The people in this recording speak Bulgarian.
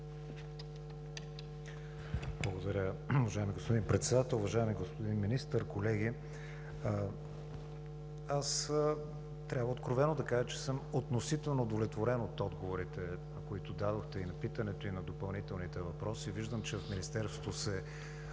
Благодаря. Уважаеми господин Председател, колеги! Уважаеми господин Министър, аз трябва откровено да кажа, че съм относително удовлетворен от отговорите, които дадохте – и на питането, и на допълнителните въпроси. Виждам, че в Министерството се